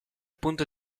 punto